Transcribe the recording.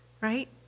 right